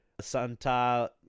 Santa